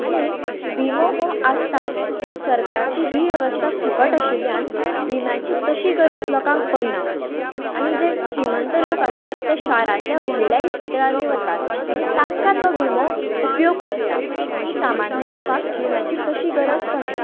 आनी विमो हो आसता पूण सरकाराची ही वेवस्था फुकट आशिल्ल्यान विम्याची खरी गरज तशी लोकांक पडना आनी जे श्रीमंत लोक आसात ते शारांतल्या व्हडल्या इस्पितळांनी वतात आनी तांकां तो विमो उपयोग पडटा पूण सामान्य लोकांक विम्याची तशी गरज पडना